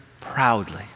proudly